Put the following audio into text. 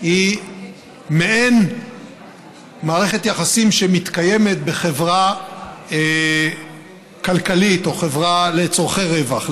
היא מעין מערכת יחסים שמתקיימת בחברה כלכלית או חברה לצורכי רווח.